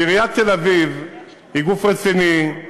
עיריית תל-אביב היא גוף רציני,